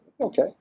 okay